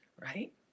right